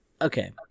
Okay